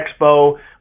Expo